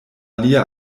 lia